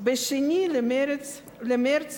ב-2 במרס